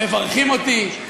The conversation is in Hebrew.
מברכים אותי,